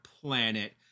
planet